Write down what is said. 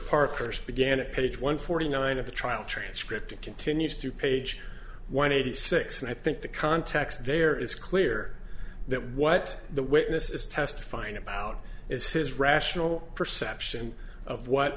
parker first began at page one forty nine of the trial transcript it continues through page one eighty six and i think the context there is clear that what the witnesses testifying about is his rational perception of what